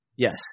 Yes